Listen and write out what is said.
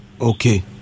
Okay